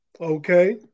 Okay